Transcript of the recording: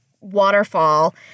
waterfall